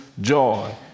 joy